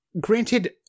granted